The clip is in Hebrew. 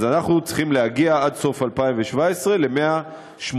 אנחנו צריכים להגיע עד סוף 2017 ל-180-170.